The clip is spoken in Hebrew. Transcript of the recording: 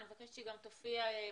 אני מבקשת שהיא גם תופיע בסיכום,